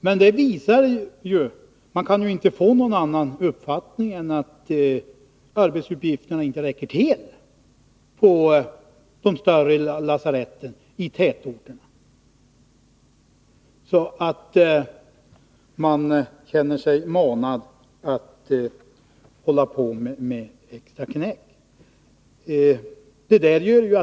Man kan av detta inte dra någon annan slutsats än att arbetsuppgifterna på de större lasaretten i tätorterna inte räcker till och att man därför känner sig manad att hålla på med extraknäck.